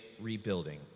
rebuilding